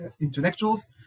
intellectuals